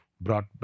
brought